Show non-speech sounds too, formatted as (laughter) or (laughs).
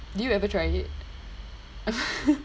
do you ever try it (laughs)